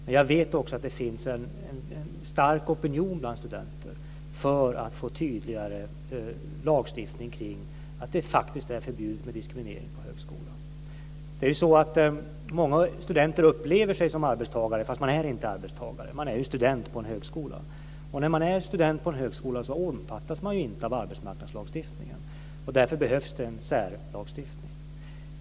Men jag vet att det finns en stark opinion bland studenter för att få tydligare lagstiftning kring att det faktiskt är förbjudet med diskriminering på högskola. Många studenter upplever sig som arbetstagare fastän man inte är arbetstagare, man är en student på en högskola. När man är student på en högskola omfattas man inte av arbetsmarknadslagstiftningen. Därför behövs det en särlagstiftning.